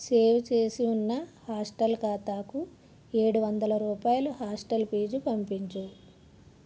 save చేసి ఉన్న hostel ఖాతాకు ఏడువందల రూపాయలు హాస్టల్ ఫీజు పంపించు